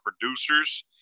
producers